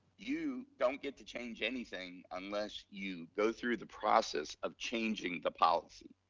you don't get to change anything unless you go through the process of changing the policy.